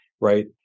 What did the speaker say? right